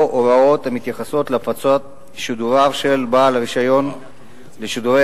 הוראות המתייחסות להפצת שידוריו של בעל רשיון לשידורי